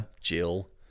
Jill